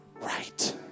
right